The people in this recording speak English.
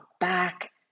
back